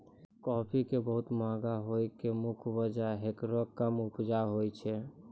काफी के बहुत महंगा होय के मुख्य वजह हेकरो कम उपज होय छै